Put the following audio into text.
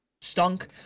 stunk